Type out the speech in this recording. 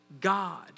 God